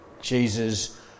Jesus